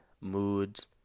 Moods